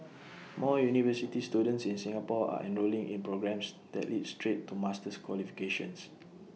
more university students in Singapore are enrolling in programmes that lead straight to master's qualifications